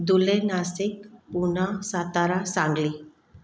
Dhule Nashik Pune Satara Sangli